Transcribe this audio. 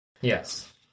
Yes